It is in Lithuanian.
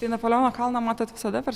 tai napoleono kalną matot visada per